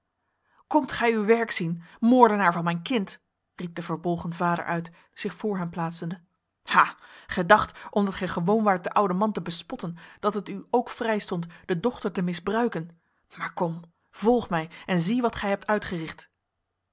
komt gij uw werk zien moordenaar van mijn kind riep de verbolgen vader uit zich voor hem plaatsende ha gij dacht omdat gij gewoon waart den ouden man te bespotten dat het u ook vrijstond de dochter te misbruiken maar kom volg mij en zie wat gij hebt uitgericht